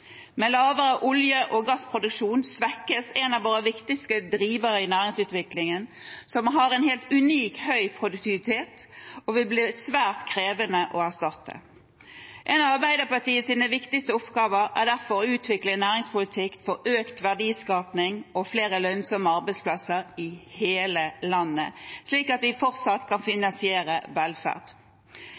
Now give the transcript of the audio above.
Med lavere olje- og gassproduksjon svekkes en av våre viktigste drivere i næringsutviklingen, som har en helt unik høy produktivitet og vil bli svært krevende å erstatte. En av Arbeiderpartiets viktigste oppgaver er derfor å utvikle en næringspolitikk for økt verdiskaping og flere lønnsomme arbeidsplasser i hele landet, slik at vi fortsatt kan finansiere velferd.